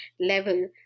level